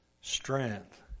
strength